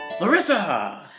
Larissa